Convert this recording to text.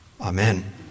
Amen